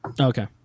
Okay